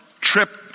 trip